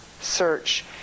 Search